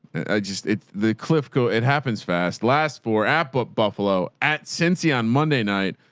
i just it's the cliff go. it happens fast. last four app up buffalo at cincy on monday night,